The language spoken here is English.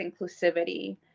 inclusivity